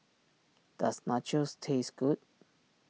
does Nachos taste good